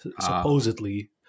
supposedly